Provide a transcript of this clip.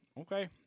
Okay